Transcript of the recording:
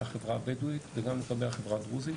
החברה הבדואית וגם לגבי החברה הדרוזית,